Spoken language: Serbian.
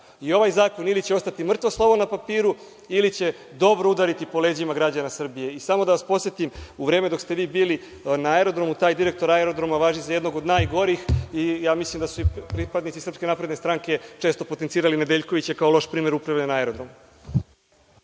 Ovaj zakon ili će ostati mrtvo slovo na papiru ili će dobro udariti po leđima građana Srbije. Samo da vas podsetim, u vreme dok ste vi bili na aerodromu, taj direktor aerodroma važni za jednog od najgorih i mislim da su i pripadnici SNS često potencirali Nedeljkovića kao loš primer uprave na aerodromu.